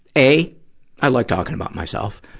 a i like talking about myself,